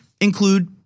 include